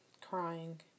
crying